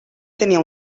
tenia